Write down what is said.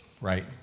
right